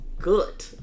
good